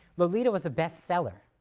lolita was a bestseller.